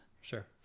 Sure